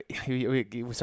sorry